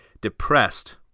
depressed